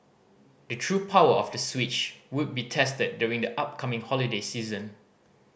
the true power of the Switch would be tested during the upcoming holiday season